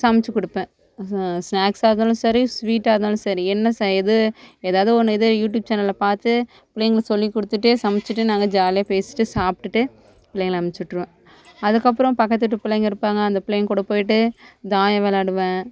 சமைத்து கொடுப்பேன் ஸ்னாக்ஸாக இருந்தாலும் சரி ஸ்வீட்டாக இருந்தாலும் சரி என்ன செய்கிறது எது எதாது ஒன்று யூடூப் சேனலை பார்த்து பிள்ளைங்களுக்கு சொல்லிக்கொடுத்துட்டே சமைச்சிட்டு நாங்க ஜாலியாக பேசிட்டு சாப்பிடுட்டு பிள்ளைங்கள அனுமிச்சிவிட்ருவேன் அதுக்கப்புறம் பக்கத்து வீட்டு பிள்ளைங்க இருப்பாங்க அந்த பிள்ளைங்க கூட போய்ட்டு தாயம் விளாடுவேன்